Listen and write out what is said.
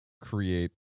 create